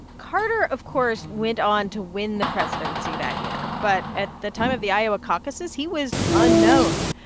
carter, of course, went on to win the presidency that year. but at the time of the iowa caucuses, he was unknown.